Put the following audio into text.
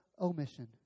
omission